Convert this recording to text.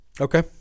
Okay